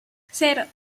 cero